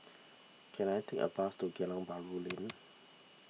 can I take a bus to Geylang Bahru Lane